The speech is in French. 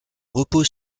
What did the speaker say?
repose